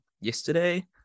yesterday